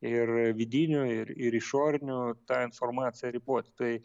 ir vidinių ir ir išorinių tą informaciją riboti